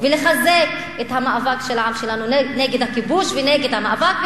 ולחזק את המאבק של העם שלנו נגד הכיבוש ונגד המאבק,